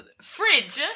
Fridge